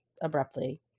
abruptly